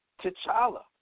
T'Challa